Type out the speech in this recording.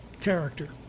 character